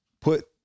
put